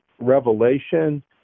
revelation